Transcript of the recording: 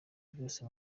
byose